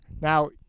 Now